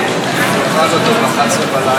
שבאתי לכאן כדי לעבוד